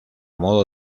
modo